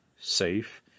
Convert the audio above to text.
safe